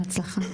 בהצלחה.